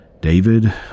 David